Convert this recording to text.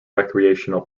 recreational